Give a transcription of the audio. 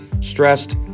stressed